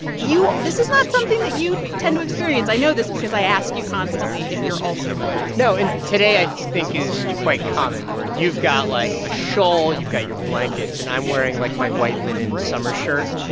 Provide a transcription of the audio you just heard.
you this is not something that you tend to experience. i know this because i ask you constantly if you're also cold no. and today i think is quite common, where you've got, like, a shawl. you've got your blankets, and i'm wearing, like, my white linen summer shirt.